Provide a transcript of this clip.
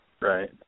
right